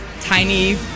tiny